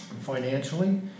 financially